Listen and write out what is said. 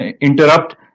interrupt